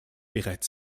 bereits